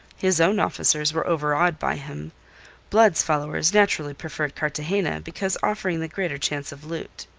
his own officers were overawed by him blood's followers naturally preferred cartagena, because offering the greater chance of loot.